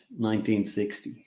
1960